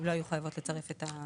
לא יהיו חייבות לצרף.